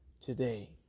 today